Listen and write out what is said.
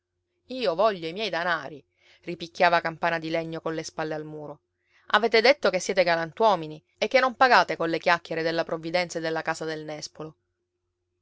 io voglio i miei danari ripicchiava campana di legno colle spalle al muro avete detto che siete galantuomini e che non pagate colle chiacchiere della provvidenza e della casa del nespolo